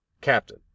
Captain